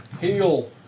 Heal